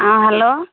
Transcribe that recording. ହଁ ହ୍ୟାଲୋ